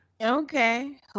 Okay